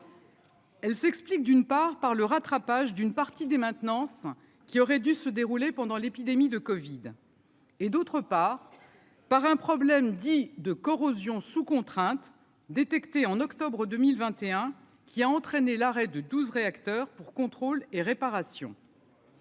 Elle s'explique d'une part par le rattrapage d'une partie des maintenance qui aurait dû se dérouler pendant l'épidémie de Covid. Et d'autre part par un problème dit de corrosion sous contrainte détecté en octobre 2021 qui a entraîné l'arrêt de 12 réacteurs pour contrôle et réparation.